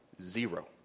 Zero